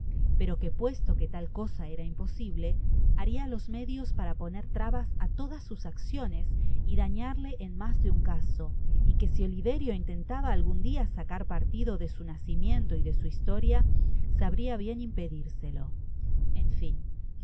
pero que puesto que tal cosa era imposible haria los medios para poner trabas á todas sus acciones y dañarle en mas de un caso y que si oliverio intentaba algun dia sacar partido de su nacimiento y de su historia sabria bien impedirselo enfin fagin